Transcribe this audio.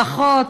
ברכות.